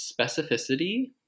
specificity